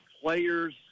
players